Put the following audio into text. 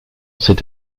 s’est